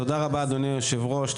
תודה רבה, אדוני היושב-ראש.